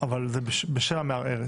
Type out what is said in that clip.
אבל זה בשם המערערת.